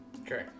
Okay